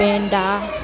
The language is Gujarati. પેંડા